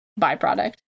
byproduct